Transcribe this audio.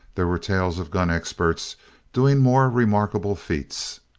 there were tales of gun experts doing more remarkable feats.